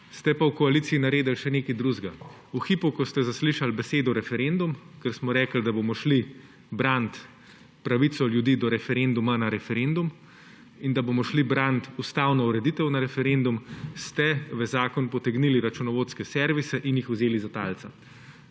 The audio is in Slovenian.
Ste pa v koaliciji naredili še nekaj drugega. V hipu, ko ste zaslišal besedo referendum, ko smo rekli, da bomo šli branit pravico ljudi do referenduma na referendum in da bomo šli branit ustavno ureditev na referendum, ste v zakon potegnili računovodske servise in jih vzeli za talca.